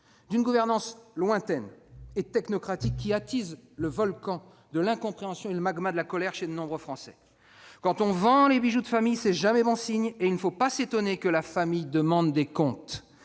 d'une gouvernance lointaine et technocratique qui attise le volcan de l'incompréhension et le magma de la colère chez de nombreux Français. Quand on vend les bijoux de la famille, ce n'est jamais bon signe, et il ne faut pas s'étonner que la famille demande des comptes